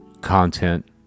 content